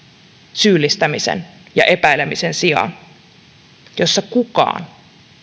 syyllistämisen ja epäilemisen sijaan jossa kukaan